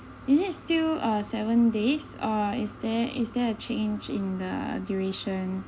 is it still uh seven days or is there is there a change in the duration